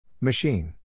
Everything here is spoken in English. Machine